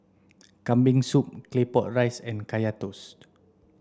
kambing soup claypot rice and kaya toast